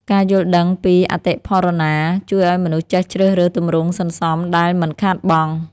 ការយល់ដឹងពីអតិផរណា ជួយឱ្យមនុស្សចេះជ្រើសរើសទម្រង់សន្សំដែលមិនខាតបង់។